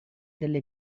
delle